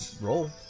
Roll